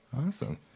awesome